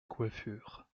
coiffure